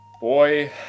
Boy